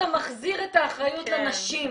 אתה מחזיר את האחריות לנשים.